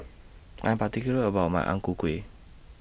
I'm particular about My Ang Ku Kueh